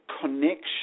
connection